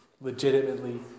legitimately